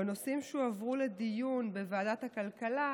בנושאים שהועברו לדיון בוועדת הכלכלה